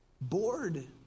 bored